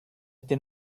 este